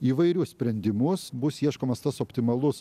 įvairius sprendimus bus ieškomas tas optimalus